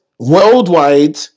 worldwide